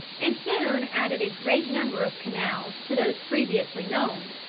and soon added a great number of canals' to those previously known,